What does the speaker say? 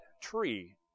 tree